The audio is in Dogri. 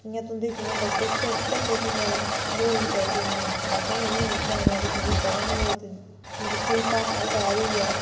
इ'यां तुंदे जियां बड्डे झण्डे झुल्ला दे बोलनी चाहिदी अपनी मात्तर भाशा एह् नी होए आने आह्ली पीढ़ी पता नी होग ते मतलब पूरी भाशा गै गायब होई जा